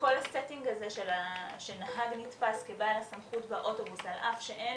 כל הסטינג הזה שנהג נתפס כבעל הסמכות באוטובוס על אף שאין